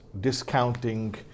discounting